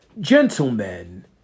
Gentlemen